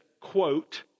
quote